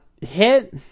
hit